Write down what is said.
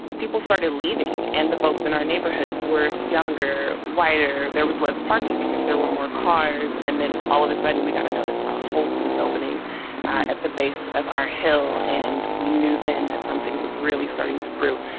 people started leaving and the folks in our neighborhoods were younger, whiter. there was less parking because there were more cars. and then, all of a sudden, we got a notice about whole foods opening at the base of our hill. and we knew then that something was really starting to brew.